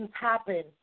happen